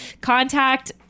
Contact